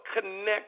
connect